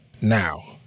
now